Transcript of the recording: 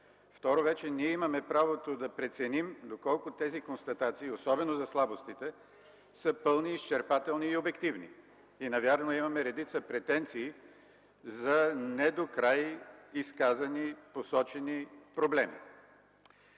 Второ, вече ние имаме правото да преценим, доколко тези констатации, особено за слабостите, са пълни, изчерпателни и обективни. Навярно имаме редица претенции за недокрай изказани, посочени проблеми.